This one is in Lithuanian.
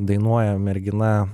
dainuoja mergina